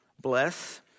Bless